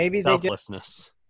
Selflessness